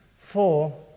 Four